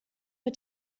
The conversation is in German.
mit